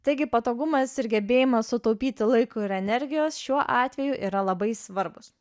taigi patogumas ir gebėjimas sutaupyti laiko ir energijos šiuo atveju yra labai svarbūs